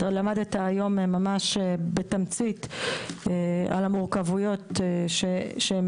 למדת היום ממש בתמצית על המורכבויות שהם